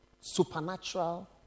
supernatural